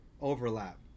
overlap